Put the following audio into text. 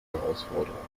herausforderung